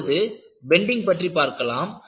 இப்பொழுது பெண்டிங் பற்றி பார்க்கலாம்